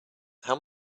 how